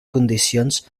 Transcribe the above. condicions